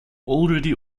already